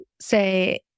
say